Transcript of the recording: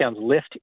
lift